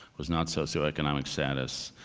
was not socioeconomic status,